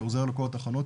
שעוזר לכל התחנות,